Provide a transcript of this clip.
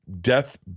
death